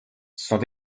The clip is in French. sans